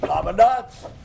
commandants